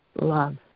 love